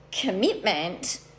commitment